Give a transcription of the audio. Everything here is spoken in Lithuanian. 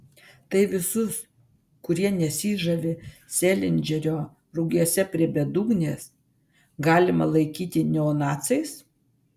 tai visus kurie nesižavi selindžerio rugiuose prie bedugnės galima laikyti neonaciais